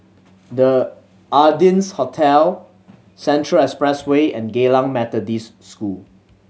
The Ardennes Hotel Central Expressway and Geylang Methodist School